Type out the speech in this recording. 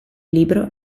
libro